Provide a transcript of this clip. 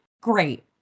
great